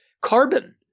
carbon